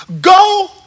go